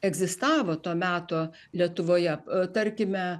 egzistavo to meto lietuvoje tarkime